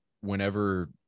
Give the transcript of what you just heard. whenever